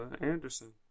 Anderson